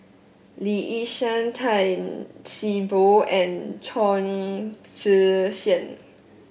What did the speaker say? Lee Yi Shyan Tan See Boo and Chong Tze Chien